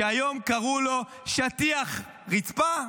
שהיום קראו לו שטיח רצפה.